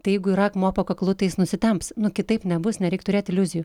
tai jeigu yra akmuo po kaklu tais jis nusitemps nu kitaip nebus nereik turėt iliuzijų